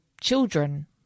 children